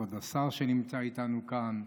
כבוד השר שנמצא איתנו כאן,